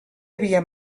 havia